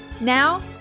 now